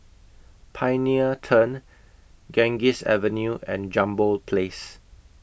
Pioneer Turn Ganges Avenue and Jambol Place